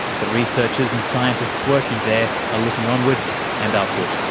but researchers and scientists working there are looking onward and upward.